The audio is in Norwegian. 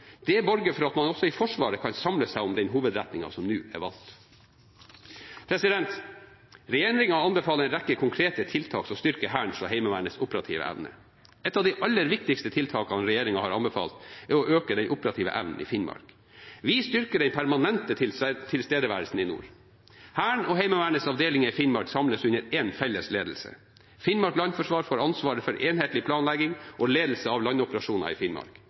Det borger for at man også i Forsvaret kan samle seg om den hovedretningen som nå er valgt. Regjeringen anbefaler en rekke konkrete tiltak som styrker Hærens og Heimevernets operative evne. Et av de aller viktigste tiltakene regjeringen har anbefalt, er å øke den operative evnen i Finnmark. Vi styrker den permanente tilstedeværelsen i nord. Hærens og Heimevernets avdelinger i Finnmark samles under én felles ledelse. Finnmark landforsvar får ansvaret for enhetlig planlegging og ledelse av landoperasjoner i Finnmark. Hærens og Heimevernets innsats i Finnmark